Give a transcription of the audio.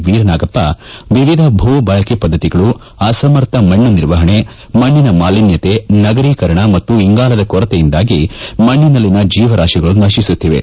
ವೀರನಾಗಪ್ಪ ವಿವಿಧ ಭೂ ಬಳಕೆ ಪದ್ದತಿಗಳು ಅಸಮರ್ಥ ಮಣ್ಣು ನಿರ್ವಹಣೆ ಮಣ್ಣಿನ ಮಾಲಿನ್ನತೆ ನಗರೀಕರಣ್ ಮತ್ತು ಇಂಗಾಲದ ಕೊರತೆಯಿಂದಾಗಿ ಮಣ್ಣಿನಲ್ಲಿನ ಜೀವರಾತಿಗಳು ನತಿಸುತ್ತಿವೆ